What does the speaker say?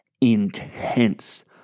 intense